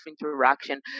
interaction